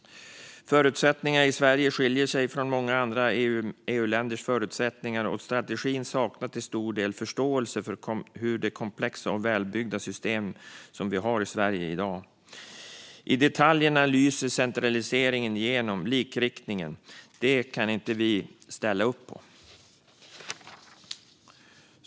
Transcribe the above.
Förutsättningarna i Sverige skiljer sig från många andra EU-länders förutsättningar, och strategin saknar till stor del förståelse för det komplexa och välbyggda system som vi har i Sverige i dag. I detaljerna lyser centraliseringen och likriktningen igenom. Det kan inte vi ställa oss bakom.